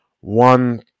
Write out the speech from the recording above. one